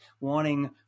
wanting